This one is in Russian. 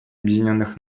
объединенных